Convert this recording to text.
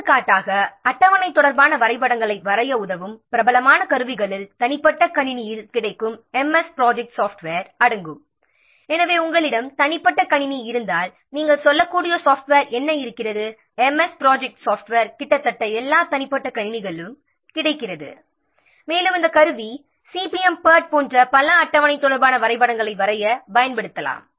எடுத்துக்காட்டாக அட்டவணை தொடர்பான வரைபடங்களை வரைய உதவும் பிரபலமான கருவிகளில் பர்சனல் கம்ப்யூட்டரில் MS ப்ராஜெக்ட் சாஃப்ட்வேர் அடங்கும் எனவே உங்களிடம் பர்சனல் கம்ப்யூட்டர் இருந்தால் நீங்கள் சொல்லக்கூடிய சாஃப்ட்வேர் இருக்கிறது அதாவது MS ப்ராஜெக்ட் சாஃப்ட்வேர் கிட்டத்தட்ட எல்லா பர்சனல் கம்ப்யூட்டர்களிலும் கிடைக்கிறது மேலும் இந்த கருவி சிபிஎம் பெர்ட் போன்ற பல அட்டவணை தொடர்பான வரைபடங்களை வரைய பயன்படுத்தலாம்